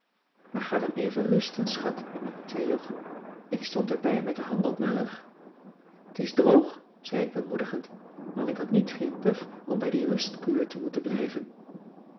maar ga dan even rusten schat zei jog ik stond erbij met de handen op mijn rug t is droog zei ik bemoedigend want ik had niets geen puf om bij die rustkuur te moeten blijven